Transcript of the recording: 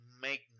make